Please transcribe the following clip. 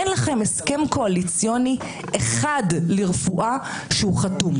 אין לכם הסכם קואליציוני אחד לרפואה שהוא חתום.